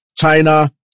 China